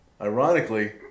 Ironically